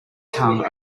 tongue